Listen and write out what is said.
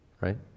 right